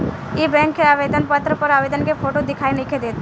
इ बैक के आवेदन पत्र पर आवेदक के फोटो दिखाई नइखे देत